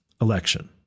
Election